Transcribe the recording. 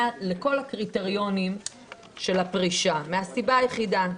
לכל הקריטריונים של הפרישה מהסיבה היחידה,